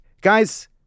guys